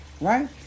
Right